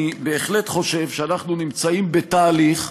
אני בהחלט חושב שאנחנו נמצאים בתהליך,